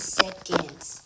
seconds